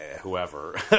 whoever